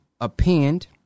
append